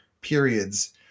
periods